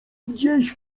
gdzieś